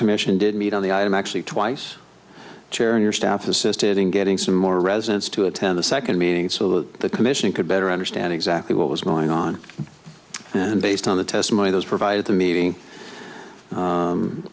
commission did meet on the i am actually twice chair in your staff assisted in getting some more residents to attend the second meeting so that the commission could better understand exactly what was going on and based on the testimony those provide at the meeting